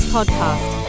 Podcast